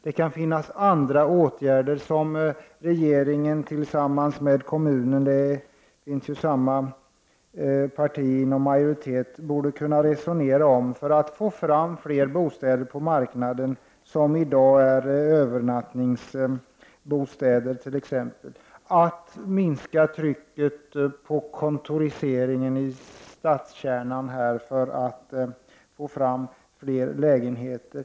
Det kan också finnas andra åtgärder att vidta som regeringen tillsammans med kommunerna bör kunna resonera om. Syftet skall vara att få fram fler bostäder. Det kan också gälla att göra bostäder, som i dag fungerar som övernattningsbostäder, tillgängliga för människor. Vidare handlar det om att minska trycket på kontoriseringen i stadskärnan för att i stället få fram lägenheter.